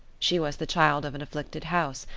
she was the child of an afflicted house,